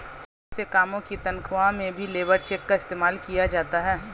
बहुत से कामों की तन्ख्वाह में भी लेबर चेक का इस्तेमाल किया जाता है